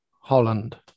Holland